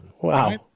Wow